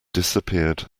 disappeared